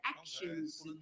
actions